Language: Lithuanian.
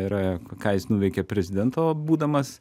yra ką jis nuveikė prezidento būdamas